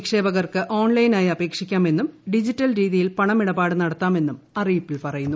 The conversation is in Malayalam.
നിക്ഷേപകർക്ക് ഓൺലൈനായി അപേക്ഷിക്കാമെന്നും ഡിജിറ്റൽ രീതിയിൽ പണമിടപാട് നടത്താമെന്നും അറിയിപ്പിൽ പറയുന്നു